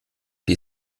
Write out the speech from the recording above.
die